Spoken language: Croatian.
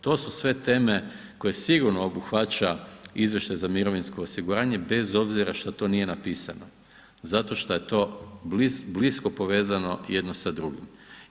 To su sve teme koje sigurno obuhvaća izvještaj za mirovinsko osiguranje bez obzira šta to nije napisano zato šta je to blisko povezano jedno sa drugim.